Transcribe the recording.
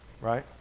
right